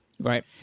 Right